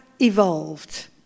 evolved